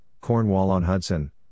Cornwall-on-Hudson